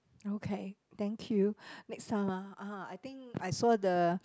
okay thank you next time ah ah I think I saw the